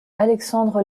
alexandre